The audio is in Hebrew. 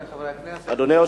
אדוני.